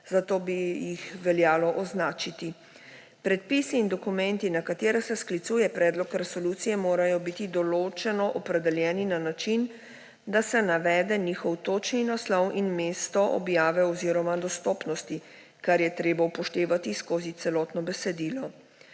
zato bi jih veljalo označiti. Predpisi in dokumenti, na katere se sklicuje predlog resolucije, morajo biti določeno opredeljeni na način, da se navede njihov točni naslov in mesto objave oziroma dostopnosti, kar je treba upoštevati skozi celotno besedilo.